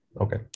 Okay